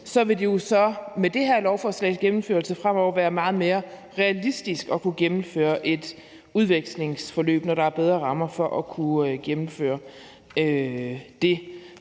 vil det jo så med det her lovforslags gennemførelse fremover være meget mere realistisk at kunne gennemføre et udvekslingsforløb, når der er bedre rammer for at kunne gennemføre det.